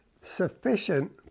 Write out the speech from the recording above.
sufficient